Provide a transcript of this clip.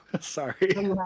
sorry